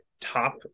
top